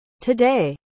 today